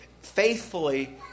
faithfully